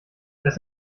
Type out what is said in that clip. das